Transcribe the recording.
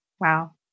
Wow